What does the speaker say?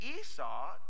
esau